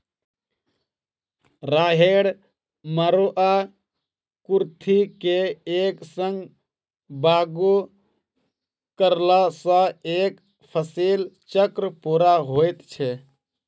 राहैड़, मरूआ, कुर्थी के एक संग बागु करलासॅ एक फसिल चक्र पूरा होइत छै